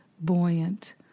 buoyant